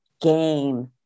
game